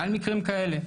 על מקרים כאלה,